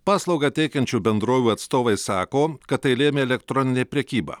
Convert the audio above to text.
paslaugą teikiančių bendrovių atstovai sako kad tai lėmė elektroninė prekyba